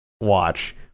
watch